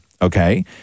Okay